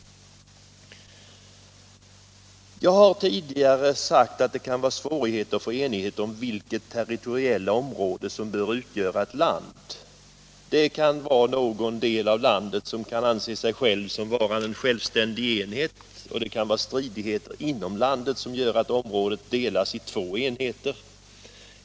Jag sade tidigare att det kan vara svårigheter att få enighet om vilket territoriellt område som bör utgöra ett land. Det kan vara så att någon del av landet anser sig själv vara en självständig enhet, och det kan vara stridigheter inom landet som gör att området delas i två enheter.